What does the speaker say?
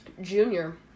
Junior